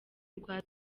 rwa